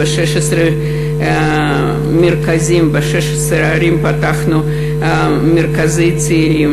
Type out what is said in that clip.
צעירים: ב-16 ערים פתחנו מרכזי צעירים,